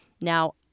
Now